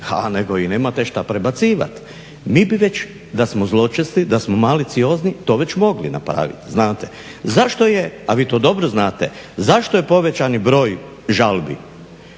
nego i nemate što predbacivati. Mi bi već, da smo zločesti, da smo maliciozni to već mogli napraviti znate. Zašto je, a vi to dobro znate, zašto je povećan broj žalbi?